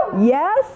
Yes